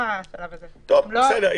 השלב הזה לא קרה.